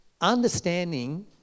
understanding